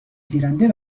گیرنده